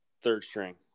third-string